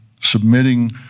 submitting